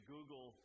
Google